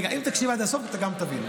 רגע, אם תקשיב עד הסוף אתה גם תבין.